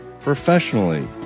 professionally